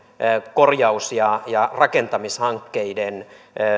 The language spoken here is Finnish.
korjaus ja ja rakentamishankkeiden